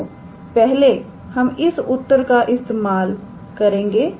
तो पहले हम इस उत्तर का इस्तेमाल करेंगे